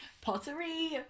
pottery